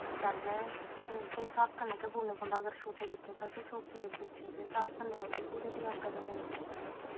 पैह्लें उं'दे स्हाब कन्नै गै बुनना पौंदा अगर छोटे बच्चें दा दा ते छोटे बच्चे दे स्हाब कन्नै ओह्दे घुरे त्यार करने पौंदे ते